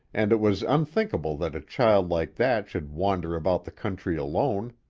and it was unthinkable that a child like that should wander about the country alone.